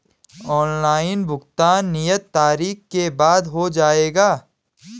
Online भुगतान नियत तारीख के बाद हो जाएगा?